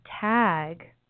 tag